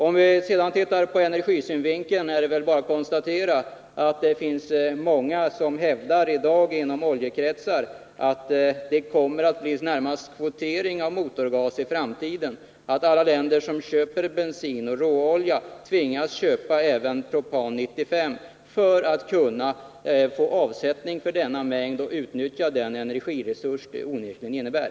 När det sedan gäller energibesparingssynpunkten är det väl bara att konstatera att det finns många inom oljekretsar som i dag hävdar att det kan bli fråga om kvotering av motorgas i framtiden, så till vida att alla länder som köper bensin och råolja tvingas köpa även propan 95 för att man skall kunna få avsättning för denna och för att vi skall utnyttja den energiresurs som denna gas onekligen utgör.